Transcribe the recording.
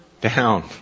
down